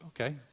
okay